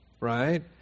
right